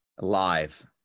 live